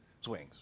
swings